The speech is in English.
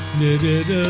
needed